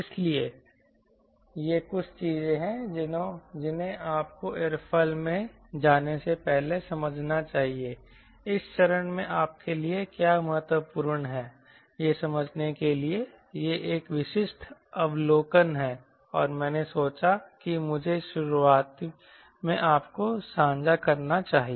इसलिए ये कुछ चीजें हैं जिन्हें आपको एयरोफिल में जाने से पहले समझना चाहिए इस चरण में आपके लिए क्या महत्वपूर्ण है यह समझने के लिए यह एक विशिष्ट अवलोकन है और मैंने सोचा कि मुझे शुरुआत में आपको साझा करना चाहिए